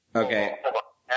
okay